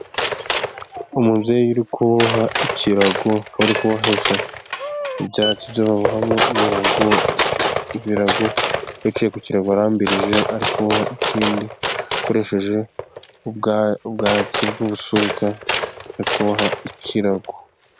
Umubyeyi uri kuboha ikirago akaba ari kubohesha ibyatsi byo babohamo ibirago, yicaye ku kirago arambirije ari kuboha ikindi akoresheje ubwatsi bw'ubushuka ari kuboha ikirago.